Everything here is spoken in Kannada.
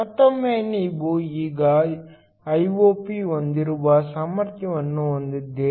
ಮತ್ತೊಮ್ಮೆ ನೀವು ಈಗ Iop ಹೊಂದಿರುವ ಸಾಮರ್ಥ್ಯವನ್ನು ಹೊಂದಿದ್ದೀರಿ